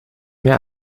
mehr